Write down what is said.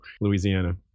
Louisiana